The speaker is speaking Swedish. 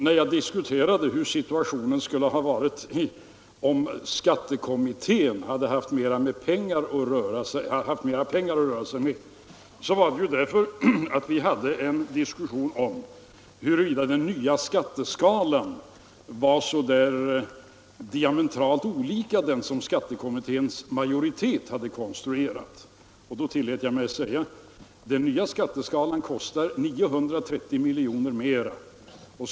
När jag diskuterade hur situationen skulle ha varit om skattekommittén hade haft mera pengar att röra sig med var anledningen den att vi hade en diskussion om huruvida den nya skatteskalan var diametralt olika den som skattekommitténs majoritet hade konstruerat. Då tillät jag mig säga: Den nya skatteskalan kostar 930 miljoner kronor mera.